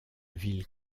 ville